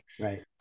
Right